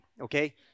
Okay